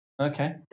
Okay